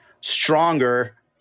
stronger